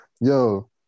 Yo